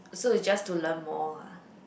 so is just to learn more ah